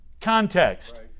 context